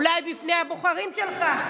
אולי בפני הבוחרים שלך.